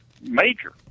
major